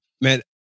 Man